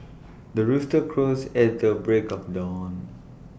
the rooster crows at the break of dawn